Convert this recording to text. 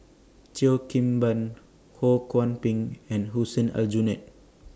Cheo Kim Ban Ho Kwon Ping and Hussein Aljunied